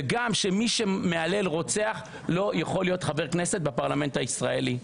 וגם שמי שמהלל רוצח לא יכול להיות חבר כנסת בפרלמנט הישראלי.